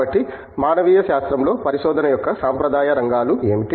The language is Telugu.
కాబట్టి మానవీయ శాస్త్రంలో పరిశోధన యొక్క సాంప్రదాయ రంగాలు ఏమిటి